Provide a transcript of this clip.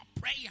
prayer